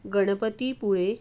Ganpati Pule